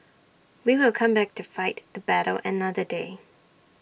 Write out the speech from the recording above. we will come back to fight the battle another day